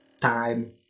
time